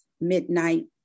Midnight